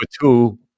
two